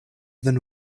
than